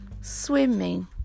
Swimming